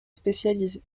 spécialisées